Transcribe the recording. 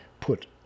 put